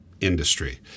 industry